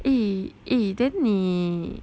eh eh then 你